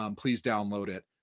um please download it,